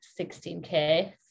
16K